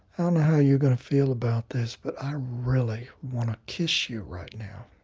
ah know how you're going to feel about this, but i really want to kiss you right now.